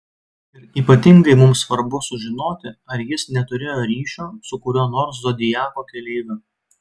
ir ypatingai mums svarbu sužinoti ar jis neturėjo ryšio su kuriuo nors zodiako keleiviu